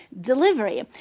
Delivery